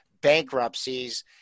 bankruptcies